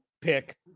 pick